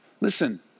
Listen